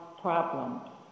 problems